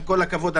עם כל הכבוד,